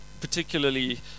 particularly